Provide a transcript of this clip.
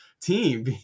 team